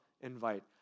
invite